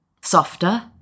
Softer